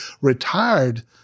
retired